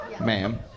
Ma'am